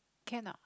can or not